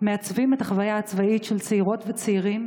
מעצבים את החוויה הצבאית של צעירות וצעירים